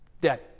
Dead